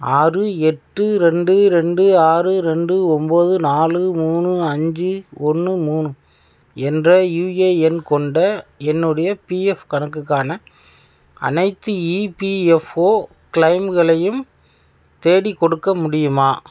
ஆறு எட்டு ரெண்டு ரெண்டு ஆறு ரெண்டு ஒம்போது நாலு மூணு அஞ்சு ஒன்று மூணு என்ற யூஏஎன் கொண்ட என்னுடைய பிஎஃப் கணக்குக்கான அனைத்து இபிஎஃப்ஓ கிளைம்களையும் தேடிக்கொடுக்க முடியுமா